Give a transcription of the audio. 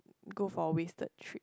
go for a wasted trip